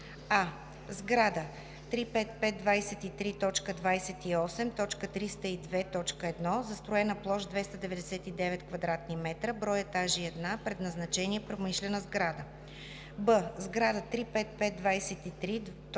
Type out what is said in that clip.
а) сграда 35523.28.302.1, застроена площ 299 кв. м, брой етажи 1, предназначение: промишлена сграда; б) сграда 35523.28.302.2,